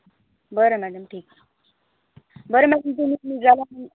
बरं मॅडम ठीक बरं मग तिथून निघाल्यावर